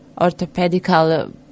orthopedical